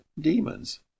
demons